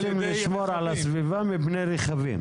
אנחנו רוצים לשמור על הסביבה מפני רכבים.